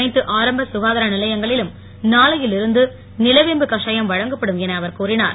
அனைத்து ஆரம்ப க்காதார நிலையங்களிலும் நாளையில் இருந்து நிலவேம்பு காஷயம் வழங்கப்படும் என அவர் கூறினார்